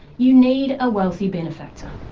you need a wealthy benefactor.